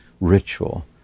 ritual